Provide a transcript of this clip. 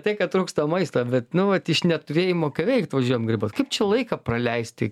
tai kad trūksta maisto bet nu vat iš neturėjimo ką veikt važiuojam grybaut kaip čia laiką praleisti